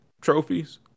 trophies